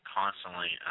constantly